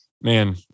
man